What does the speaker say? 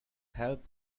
help